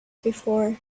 before